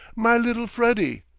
my little freddie!